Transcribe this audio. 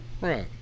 Right